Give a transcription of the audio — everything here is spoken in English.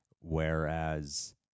whereas